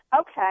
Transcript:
Okay